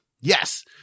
Yes